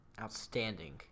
outstanding